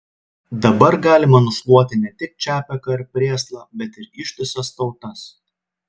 dabar galima nušluoti ne tik čapeką ir prėslą bet ir ištisas tautas